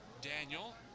Daniel